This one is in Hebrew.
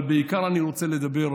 אבל בעיקר אני רוצה לדבר,